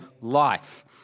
life